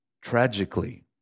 Tragically